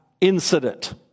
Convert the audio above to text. incident